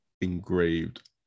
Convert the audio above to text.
engraved